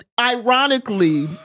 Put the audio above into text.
ironically